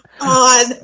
on